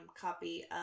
copy